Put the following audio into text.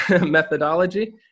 methodology